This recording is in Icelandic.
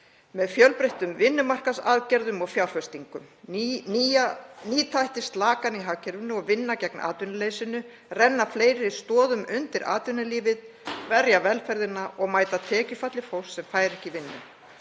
með fjölbreyttum vinnumarkaðsaðgerðum og fjárfestingum. Nýta ætti slakann í hagkerfinu og vinna gegn atvinnuleysinu, renna fleiri stoðum undir atvinnulífið, verja velferðina og mæta tekjufalli fólks sem ekki fær vinnu.